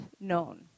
known